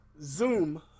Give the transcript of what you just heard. zoom